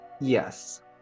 Yes